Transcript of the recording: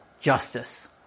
Justice